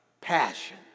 passion